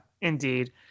indeed